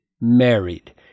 married